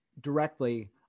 directly